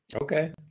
okay